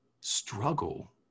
struggle